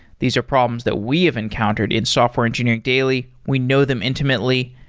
these are problems that we have encountered in software engineering daily. we know them intimately,